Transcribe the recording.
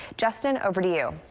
justin, over to you.